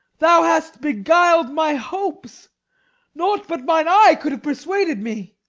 thou hast beguil'd my hopes nought but mine eye could have persuaded me.